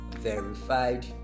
verified